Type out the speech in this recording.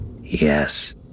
Yes